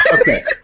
Okay